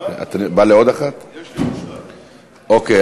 אוקיי.